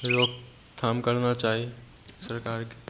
रोकथाम करना चाही सरकारके